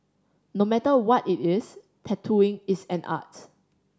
no matter what it is tattooing is an art